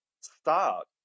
start